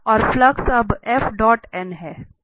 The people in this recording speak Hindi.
और फ्लक्स अब है